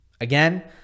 Again